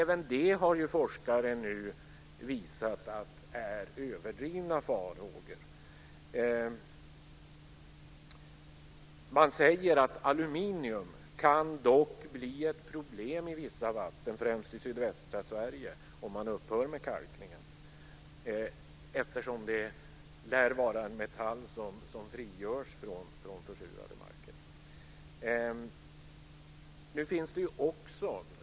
Även det har forskare nu visat är överdrivna farhågor. Man säger att aluminium dock kan bli ett problem i vissa vatten, främst i sydvästra Sverige, om man upphör med kalkningen, eftersom det lär vara en metall som frigörs från försurade marker.